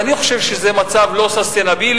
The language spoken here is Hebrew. ואני חושב שזה מצב לא ססטנבילי,